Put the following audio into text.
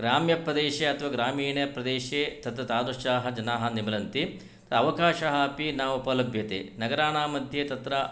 ग्राम्यपदेशे अथवा ग्रामीणे प्रदेशे तत्र तादृश्याः जनाः न मिलन्ति ता अवकाशः अपि न उपलभ्यते नगराणां मध्ये तत्र